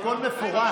הכול מפורט.